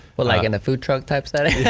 but like in the food truck type study?